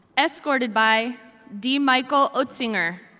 escorted by dean michael utzinger,